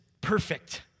perfect